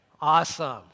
Awesome